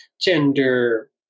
gender